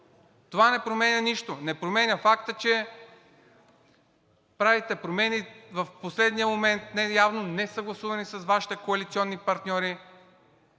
Това не променя нищо. Не променя факта, че правите промени в последния момент, явно несъгласувани с Вашите коалиционни партньори,